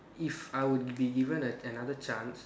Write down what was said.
if I were to be given an~ another chance